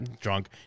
Drunk